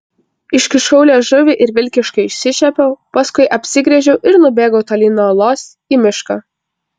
iškišau liežuvį ir vilkiškai išsišiepiau paskui apsigręžiau ir nubėgau tolyn nuo olos į mišką